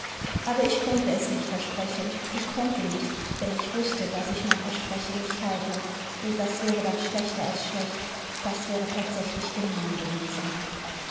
aber ich konnte es nicht versprechen ich komite nicht denn ich wußte daß ich mein versprechen nicht halte imd das wäre dann schlechter als schlecht das wäre tatsächlich gemein gewesen